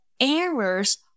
errors